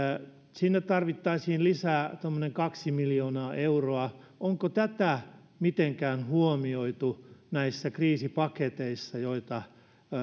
sinne tarvittaisiin lisää tommoinen kaksi miljoonaa euroa ja kysynkin nyt ministeriltä onko tätä mitenkään huomioitu näissä kriisipaketeissa joita